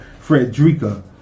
Frederica